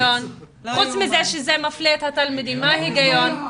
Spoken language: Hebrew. חוץ מזה שזה מפלה את התלמידים, מה ההיגיון?